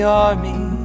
army